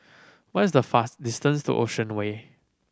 what is the fast distance to Ocean Way